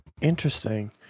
Interesting